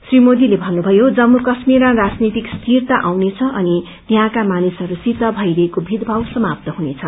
श्री मोदीले भन्नुषर्यो जम्मू काश्मीरमा राजनीतिक स्विरता आउनेछ अनि यहाँका मानिसहसंसित भइरहेको मेरभाव समाप्त हुनेछ